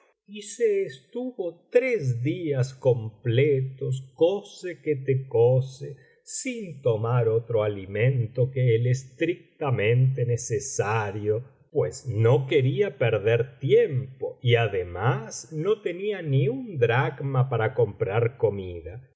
y se estuvo tres días completos cose que te cose sin tomar otro alimento que el estrictamente necesario pues no quería perder biblioteca valenciana generalitat valenciana las mil noches y una noche tiempo y además no tenía ni un dracraa para comprar comida